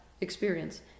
experience